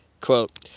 quote